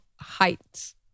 heights